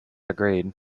agreed